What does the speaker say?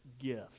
gift